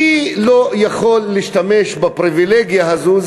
מי לא יכול להשתמש בפריבילגיה הזאת?